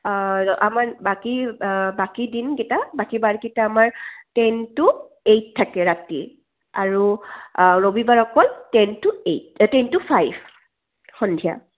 আমাৰ বাকী বাকী দিনকেইটা বাকী বাৰকেইটা আমাৰ টেন টু এইট থাকে ৰাতি আৰু ৰবিবাৰ অকল ten to eight ten to five সন্ধিয়া